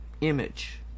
image